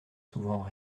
souvent